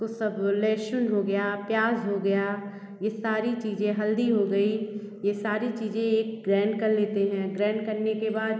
उसको सब लहसुन हो गया प्याज हो गया ये सारी चीज़े हल्दी हो गई ये सारी चीज़े एक ग्रैंड कर लेते हैं ग्रैंड करने के बाद